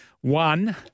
One